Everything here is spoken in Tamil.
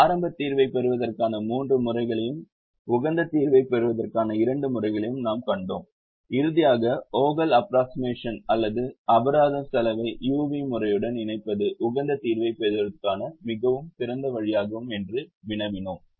ஆரம்ப தீர்வைப் பெறுவதற்கான மூன்று முறைகளையும் உகந்த தீர்வைப் பெறுவதற்கான இரண்டு முறைகளையும் நாம் கண்டோம் இறுதியாக வோகலின் அப்ரோக்ஸிமஷன் Vogels approximation அல்லது அபராதம் செலவை u v முறையுடன் இணைப்பது உகந்த தீர்வைப் பெறுவதற்கான மிகச் சிறந்த வழியாகும் என்று வினவினோம்